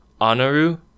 Anaru